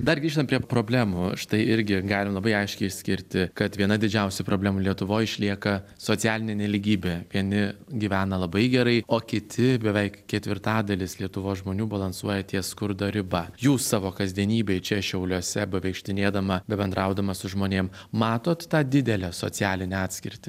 dar grįžtant prie problemų štai irgi galim labai aiškiai išskirti kad viena didžiausių problemų lietuvoj išlieka socialinė nelygybė vieni gyvena labai gerai o kiti beveik ketvirtadalis lietuvos žmonių balansuoja ties skurdo riba jūs savo kasdienybėj čia šiauliuose bevaikštinėdama bebendraudama su žmonėm matot tą didelę socialinę atskirtį